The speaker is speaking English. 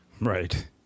Right